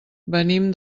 venim